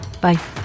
Bye